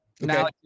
Now